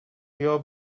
your